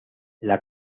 una